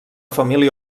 família